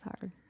hard